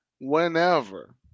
whenever